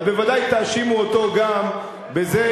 אז בוודאי תאשימו אותו גם בזה,